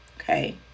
Okay